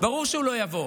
ברור שהוא לא יבוא.